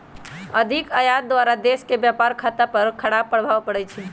अधिक आयात द्वारा देश के व्यापार खता पर खराप प्रभाव पड़इ छइ